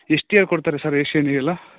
ಎಷ್ಟು ಹೇಳ್ಕೊಡ್ತಾರೆ ಸರ್ ಏಷ್ಯನ್ನಿಗೆಲ್ಲ